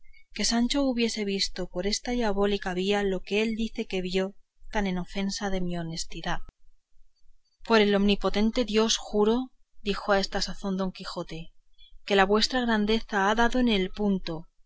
que sancho hubiese visto por esta diabólica vía lo que él dice que vio tan en ofensa de mi honestidad por el omnipotente dios juro dijo a esta sazón don quijote que la vuestra grandeza ha dado en el punto